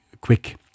quick